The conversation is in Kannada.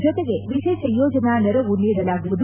ಜೊತೆಗೆ ವಿಶೇಷ ಯೋಜನಾ ನೆರವು ನೀಡಲಾಗುವುದು